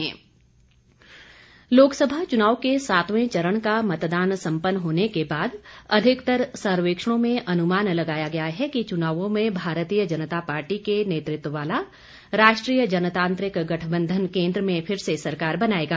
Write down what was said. exit poll लोकसभा चुनाव के सातवें चरण का मतदान सम्पन्न होने के बाद अधिकतर सर्वेक्षणों में अनुमान लगाया गया है कि चुनावों में भारतीय जनता पार्टी के नेतृत्व वाला राष्ट्रीय जनतांत्रिक गठबंधन केन्द्र में फिर से सरकार बनायेगा